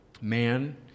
Man